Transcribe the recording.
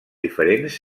diferents